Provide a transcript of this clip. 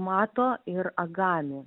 mato ir agami